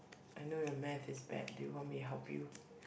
I know your math is bad do you want me to help you